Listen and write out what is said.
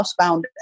housebound